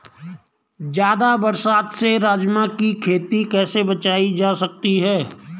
ज़्यादा बरसात से राजमा की खेती कैसी बचायी जा सकती है?